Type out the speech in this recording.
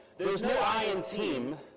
there's no i in team,